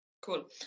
Cool